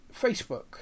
Facebook